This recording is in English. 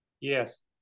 yes